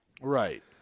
Right